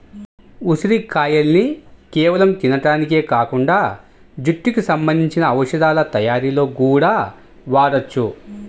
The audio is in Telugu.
ఉసిరిగాయల్ని కేవలం తింటానికే కాకుండా జుట్టుకి సంబంధించిన ఔషధాల తయ్యారీలో గూడా వాడొచ్చు